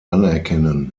anerkennen